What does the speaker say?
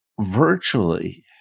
Virtually